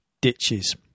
Ditches